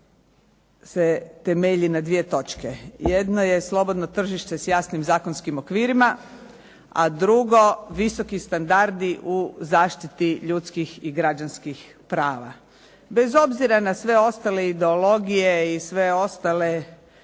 se temelji na dvije točke. Jedno je slobodno tržište s jasnim zakonskim okvirima, a drugo visoki standardi u zaštiti ljudskih i građanskih prava. Bez obzira na sve ostale ideologije i sve ostale